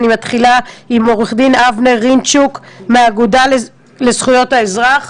אני מתחילה עם עורך דין אבנר פינצ'וק מהאגודה לזכויות האזרח,